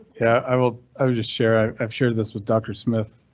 yeah i will. i will just share. i've shared this with dr smith.